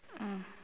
mm